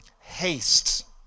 haste